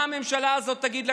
מה הממשלה הזאת תגיד לקשישים,